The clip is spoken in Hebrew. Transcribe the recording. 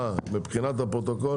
אה מבחינת הפרוטוקול.